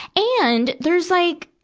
and, there's like,